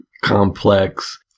complex